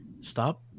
stop